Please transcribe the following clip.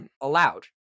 allowed